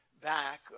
back